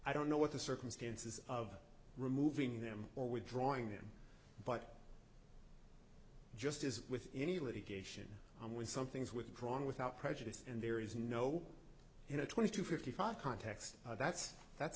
i don't know what the circumstances of removing them or withdrawing them but just as with any litigation when something's withdrawn without prejudice and there is no in a twenty two fifty five context that's that's